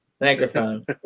microphone